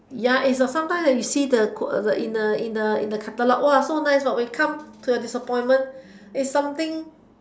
ya it's a sometimes when you see the in the in the in the catalogue so nice know when it comes it's a disappointment it's a something